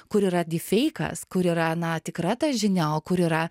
kur yra dypfeikas kur yra na tikra ta žinia o kur yra